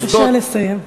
בבקשה לסיים.